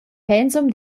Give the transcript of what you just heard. pensum